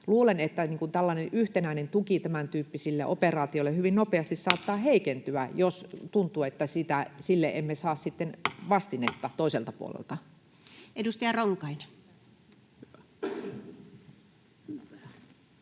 Luulen, että tällainen yhtenäinen tuki tämäntyyppisille operaatioille saattaa hyvin nopeasti heikentyä, jos tuntuu, että sille emme saa sitten vastinetta toiselta puolelta. Edustaja Ronkainen.